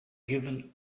giving